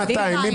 1,206 מי בעד?